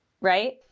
Right